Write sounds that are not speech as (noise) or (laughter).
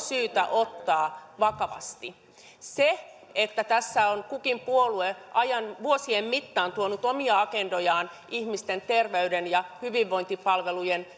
syytä ottaa vakavasti se että tässä on kukin puolue vuosien mittaan tuonut omia agendojaan ihmisten terveys ja hyvinvointipalvelujen (unintelligible)